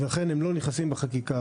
ולכן הם לא נכנסים לחקיקה.